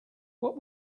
what